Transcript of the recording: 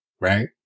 right